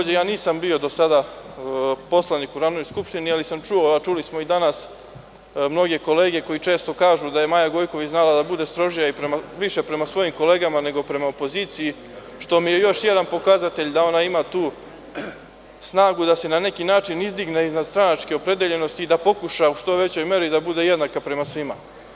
Ja do sada nisam bio poslanik u Narodnoj skupštini, ali sam čuo, čuo sam i danas mnoge kolege kako često kažu da je Maja Gojković znala da bude strožija više prema svojim kolegama, nego prema opoziciji, što mi je još jedan pokazatelj da ona ima tu snagu da se na neki način izdigne iznad stranačke opredeljenosti i da pokuša u što većoj meri da bude jedna prema svima.